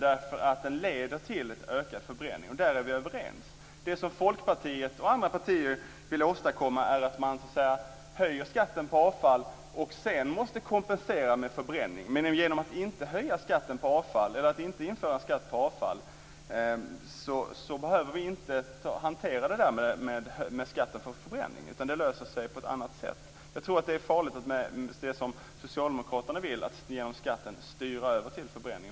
Den leder till en ökad förbränning. Där är vi överens. Det som Folkpartiet och andra partier vill åstadkomma är att man höjer skatten på avfall och sedan måste kompensera med förbränning. Genom att inte införa skatt på avfall behöver vi inte hantera frågan om skatt på förbränning. Det löser sig på ett annat sätt. Jag tror att det är farligt att, som Socialdemokraterna vill, genom skatten styra över till förbränning.